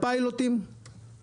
הפיילוטים כבר שנתיים,